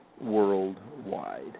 worldwide